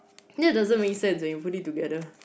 that doesn't make sense when you put it together